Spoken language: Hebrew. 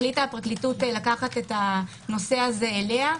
החליטה הפרקליטות לקחת את הנושא אליה.